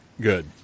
good